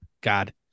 god